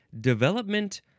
development